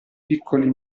piccoli